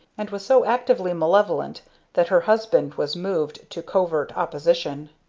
and was so actively malevolent that her husband was moved to covert opposition.